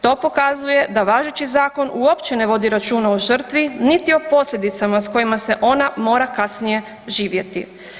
To pokazuje da važeći zakon uopće ne vodi računa o žrtvi niti o posljedicama s kojima se ona mora kasnije živjeti.